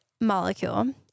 molecule